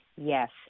Yes